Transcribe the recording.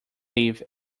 leave